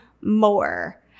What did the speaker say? more